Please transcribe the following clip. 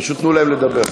פשוט תנו להם לדבר.